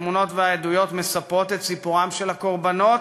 התמונות והעדויות מספרות את סיפורם של הקורבנות